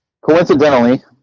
coincidentally